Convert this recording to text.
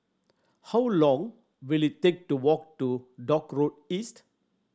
how long will it take to walk to Dock Road East